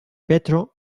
petro